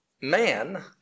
man